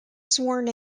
sworn